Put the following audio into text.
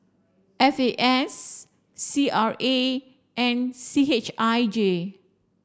F A S C R A and C H I J